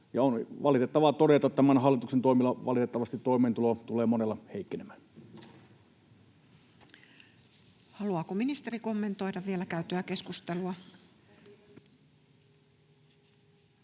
on valitettavaa todeta, että tämän hallituksen toimilla valitettavasti toimeentulo tulee monella heikkenemään. Haluaako ministeri kommentoida vielä käytyä keskustelua?